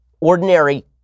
ordinary